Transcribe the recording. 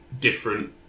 different